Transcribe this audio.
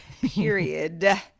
period